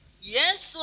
Yes